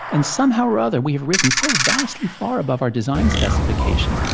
and somehow or other, we've risen so vastly far above our design specifications.